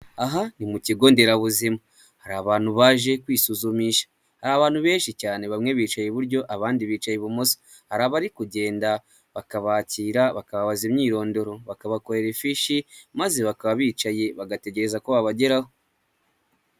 Aha ni mu kigo nderabuzima hari abantu baje kwisuzumisha, hari abantu benshi cyane bamwe bicaye iburyo abandi bicaye ibumoso, hari abari kugenda bakabakira bakababaza imyirondoro, bakabakorera ifishi maze bakaba bicaye bagategereza ko babageraho.